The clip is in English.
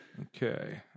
Okay